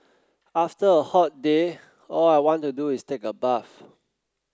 after a hot day all I want to do is take a bath